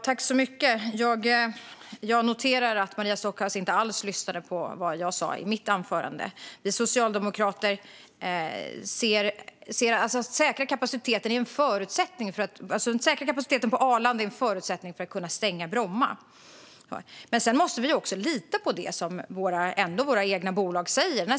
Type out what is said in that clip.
Fru talman! Jag noterar att Maria Stockhaus inte lyssnade på vad jag sa i mitt huvudanförande. Att säkra kapaciteten på Arlanda är en förutsättning för att kunna stänga Bromma, enligt oss socialdemokrater. Men sedan måste vi också lita på det som våra egna bolag säger.